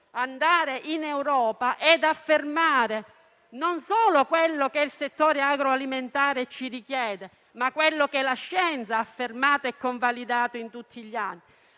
andare in Europa per affermare non solo quello che il settore agroalimentare ci richiede, ma anche quanto la scienza ha affermato e convalidato in tutti questi anni.